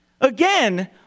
Again